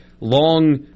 long